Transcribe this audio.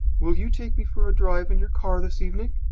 will you take me for a drive in your car this evening?